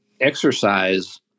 exercise